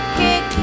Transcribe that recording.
kick